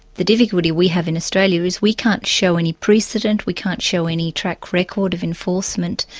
the difficulty we have in australia is we can't show any precedent, we can't show any track record of enforcement,